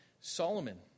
Solomon